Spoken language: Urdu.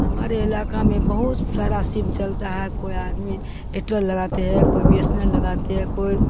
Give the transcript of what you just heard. ہمارے علاقہ میں بہت سارا سیم چلتا ہے کوئی آدمی ایٹل لگاتے ہے کوئی بی ایس این ایل لگاتے ہے کوئی